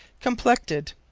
complected.